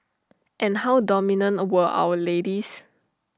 and how dominant were our ladies